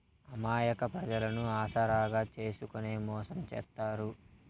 అమాయక ప్రజలను ఆసరాగా చేసుకుని మోసం చేత్తారు